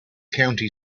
county